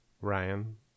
Ryan